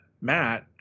Matt